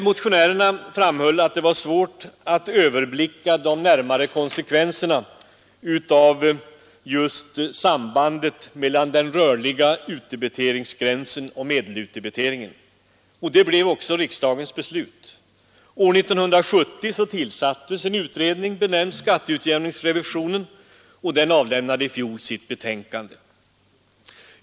Motionärerna framhöll att det var svårt att överblicka de närmare konsekvenserna av sambandet mellan den rörliga utdebiteringsgränsen och medelutdebiteringen. Riksdagen fattade också beslut i enlighet med motionärernas förslag. År 1970 tillsattes en utredning, benämnd skatteutjämningsrevisionen. Den avlämnade i fjol sitt betänkande.